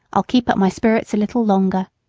i'll keep up my spirits a little longer.